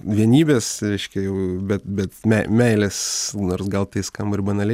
vienybės reiškia jau bet bet mei meilės nors gal tai skamba ir banaliai